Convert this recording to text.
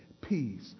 peace